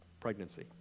pregnancy